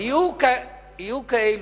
יהיו כאלה,